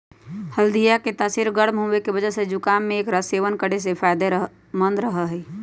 हल्दीया के तासीर गर्म होवे के वजह से जुकाम में एकरा सेवन करे से फायदेमंद रहा हई